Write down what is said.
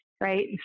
Right